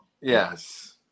Yes